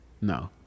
no